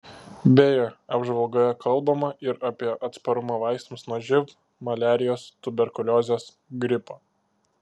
beje apžvalgoje kalbama ir apie atsparumą vaistams nuo živ maliarijos tuberkuliozės gripo